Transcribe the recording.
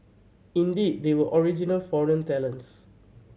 indeed they were original foreign talents